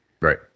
Right